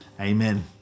amen